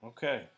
Okay